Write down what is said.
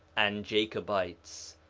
and jacobites,